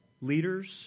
leaders